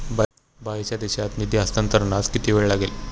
बाहेरच्या देशात निधी हस्तांतरणास किती वेळ लागेल?